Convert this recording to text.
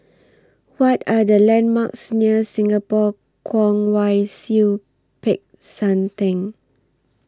What Are The landmarks near Singapore Kwong Wai Siew Peck San Theng